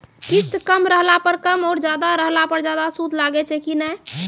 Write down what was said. किस्त कम रहला पर कम और ज्यादा रहला पर ज्यादा सूद लागै छै कि नैय?